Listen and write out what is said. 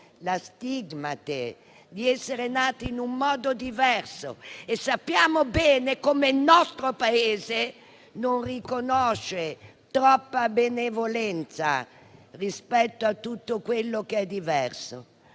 lo stigma di essere nati in un modo diverso? Sappiamo bene che il nostro Paese non riconosce troppa benevolenza a tutto quello che è diverso.